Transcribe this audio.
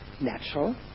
natural